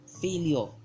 failure